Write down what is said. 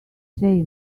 say